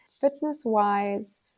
Fitness-wise